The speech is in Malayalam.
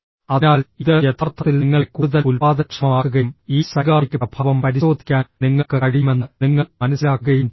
അതിനാൽ ഇത് യഥാർത്ഥത്തിൽ നിങ്ങളെ കൂടുതൽ ഉൽപ്പാദനക്ഷമമാക്കുകയും ഈ സൈഗാർനിക് പ്രഭാവം പരിശോധിക്കാൻ നിങ്ങൾക്ക് കഴിയുമെന്ന് നിങ്ങൾ മനസ്സിലാക്കുകയും ചെയ്യുന്നു